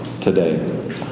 today